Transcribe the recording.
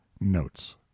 notes